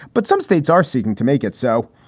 but some states are seeking to make it so.